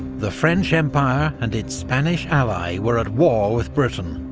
the french empire, and its spanish ally were at war with britain,